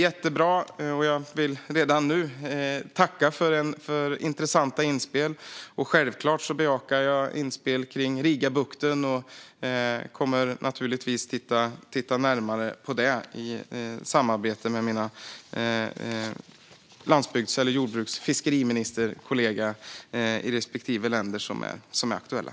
Jag vill redan nu tacka för jättebra och intressanta inspel. Självklart bejakar jag inspel kring Rigabukten och kommer naturligtvis att titta närmare på detta i samarbete med mina landsbygds och fiskeriministerkollegor i respektive länder som är aktuella.